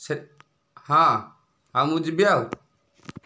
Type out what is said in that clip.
ସେ ହଁ ହଁ ମୁଁ ଯିବି ଆଉ